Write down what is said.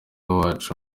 wacu